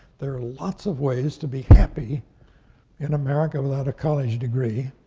there are lots of ways to be happy in america without a college degree.